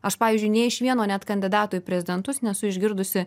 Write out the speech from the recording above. aš pavyzdžiui nei iš vieno net kandidato į prezidentus nesu išgirdusi